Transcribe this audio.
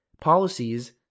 policies